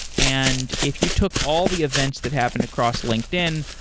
and if you took all the events that happened across linkedin,